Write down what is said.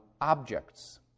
objects